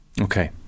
Okay